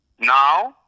Now